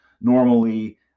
Normally